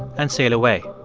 and sail away.